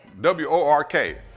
W-O-R-K